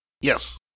Yes